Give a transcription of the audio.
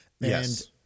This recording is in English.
Yes